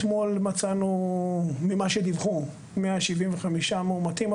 אתמול מצאנו ממה שדיווחו, 175 מאומתים.